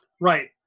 Right